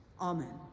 Amen